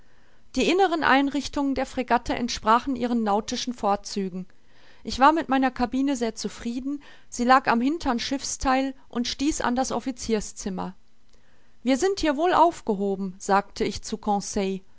die inneren einrichtungen der fregatte entsprachen ihren nautischen vorzügen ich war mit meiner cabine sehr zufrieden sie lag am hintern schiffstheil und stieß an das officierszimmer wir sind hier wohl aufgehoben sagte ich zu